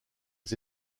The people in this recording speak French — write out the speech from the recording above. les